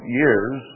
years